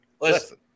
listen